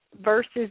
versus